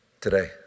today